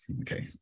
okay